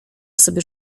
sobie